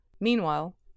Meanwhile